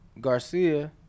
Garcia